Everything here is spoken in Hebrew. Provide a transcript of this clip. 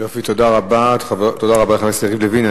יופי, תודה רבה לחבר הכנסת יריב לוין.